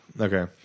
Okay